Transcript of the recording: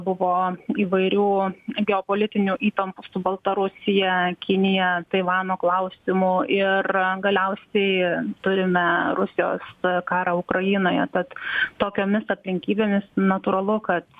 buvo įvairių geopolitinių įtampų su baltarusija kinija taivano klausimu ir galiausiai turime rusijos karą ukrainoje tad tokiomis aplinkybėmis natūralu kad